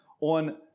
on